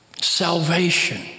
salvation